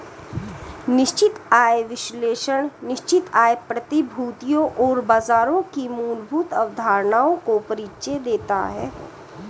निश्चित आय विश्लेषण निश्चित आय प्रतिभूतियों और बाजारों की मूलभूत अवधारणाओं का परिचय देता है